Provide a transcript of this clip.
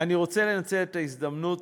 אני רוצה לנצל את ההזדמנות